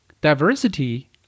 diversity